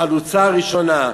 החלוצה הראשונה,